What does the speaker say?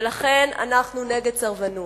ולכן אנחנו נגד סרבנות.